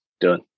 done